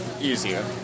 easier